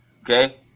Okay